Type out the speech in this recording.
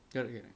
correct correct